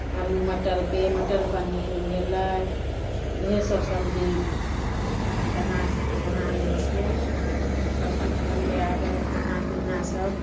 आलू मटरके मटर पनीर भेलै इएहसब सबजी बना बना लै छिए सबकिछु बनबै आबै हइ खानापिना सब